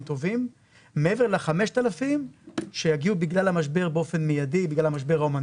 טובים מעבר ל-5,000 שיגיעו בגלל המשבר ההומניטרי